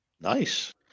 nice